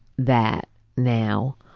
that now,